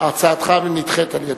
הצעתך נדחית על-ידי.